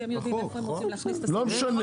כי הם יודעים אפיה הם רוצים להכניס --- לא משנה,